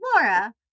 Laura